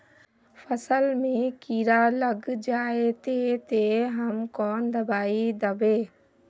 फसल में कीड़ा लग जाए ते, ते हम कौन दबाई दबे?